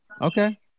Okay